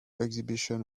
exhibition